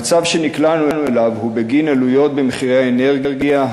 המצב שנקלענו אליו הוא בגין עליות במחירי האנרגיה,